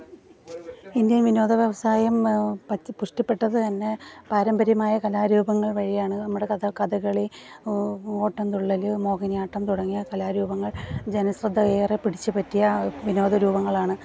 Indian വിനോദ വ്യവസായം പറ്റി പുഷ്ടിപ്പെട്ടത് തന്നെ പാരമ്പര്യമായ കലാരൂപങ്ങൾ വഴിയാണ് നമ്മുടെ കഥ കഥകളി ഓ ഓട്ടന്തുള്ളല് മോഹിനിയാട്ടം തുടങ്ങിയ കലാരൂപങ്ങൾ ജനശ്രദ്ധ ഏറെ പിടിച്ചുപറ്റിയ വിനോദരൂപങ്ങളാണ്